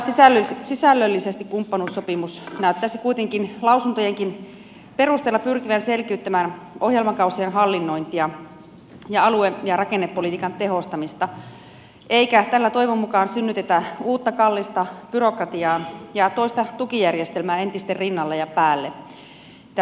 toisaalta sisällöllisesti kumppanuussopimus näyttäisi kuitenkin lausuntojenkin perusteella pyrkivän selkiyttämään ohjelmakausien hallinnointia ja alue ja rakennepolitiikan tehostamista eikä tällä toivon mukaan synnytetä uutta kallista byrokratiaa ja toista tukijärjestelmää entisten rinnalle ja päälle